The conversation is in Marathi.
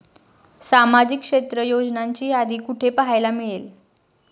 सामाजिक क्षेत्र योजनांची यादी कुठे पाहायला मिळेल?